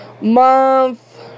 month